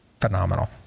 phenomenal